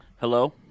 Hello